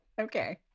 okay